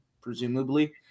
presumably